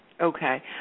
Okay